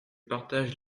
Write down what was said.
partage